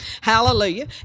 Hallelujah